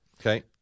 Okay